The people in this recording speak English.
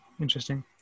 Interesting